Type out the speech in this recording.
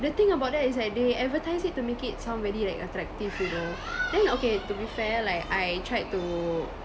the thing about that is they advertise it to make it sound really like attractive you know then okay to be fair like I tried to